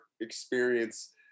experience